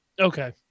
Okay